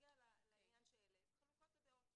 בנוגע לעניין שהעלית, חלוקות הדעות.